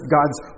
God's